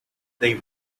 they